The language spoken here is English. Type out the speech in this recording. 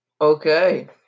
Okay